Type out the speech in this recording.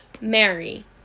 Mary